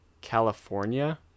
California